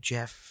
Jeff